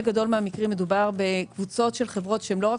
גדול מן המקרים מדובר בקבוצות של חברות שלא רק